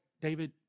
David